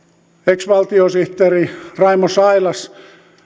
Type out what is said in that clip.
ex valtiosihteeri raimo sailas